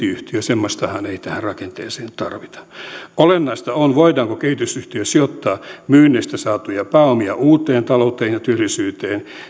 yhtiö pelkkää myyntiyhtiötähän ei tähän rakenteeseen tarvita olennaista on voidaanko kehitysyhtiössä sijoittaa myynneistä saatuja pääomia uuteen talouteen ja työllisyyteen